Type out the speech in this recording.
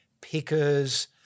pickers